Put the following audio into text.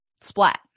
splat